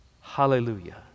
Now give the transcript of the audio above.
Hallelujah